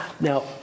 Now